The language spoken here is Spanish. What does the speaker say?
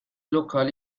local